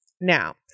Now